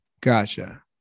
Gotcha